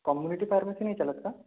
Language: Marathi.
कॉम्युनिटी फार्मसी नाही चालत का